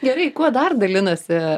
gerai kuo dar dalinasi